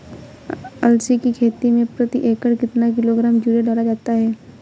अलसी की खेती में प्रति एकड़ कितना किलोग्राम यूरिया डाला जाता है?